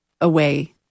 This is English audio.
away